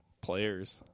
players